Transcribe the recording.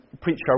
preacher